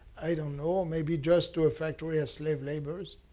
i don't know, maybe just to a factory of slave labor.